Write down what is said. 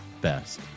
Best